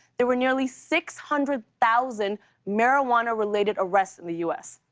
there were nearly six hundred thousand marijuana-related arrests in the u s.